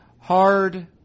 hard